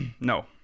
no